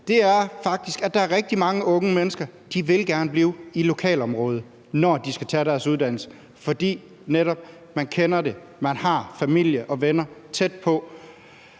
er faktisk, at rigtig mange unge mennesker gerne vil blive i lokalområdet, når de skal tage deres uddannelse, fordi man netop kender det og har familie og venner tæt på.